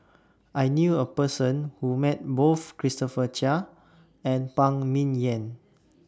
I knew A Person Who Met Both Christopher Chia and Phan Ming Yen